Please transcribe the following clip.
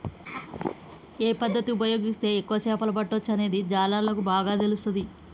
ఏ పద్దతి ఉపయోగిస్తే ఎక్కువ చేపలు పట్టొచ్చనేది జాలర్లకు బాగా తెలుస్తది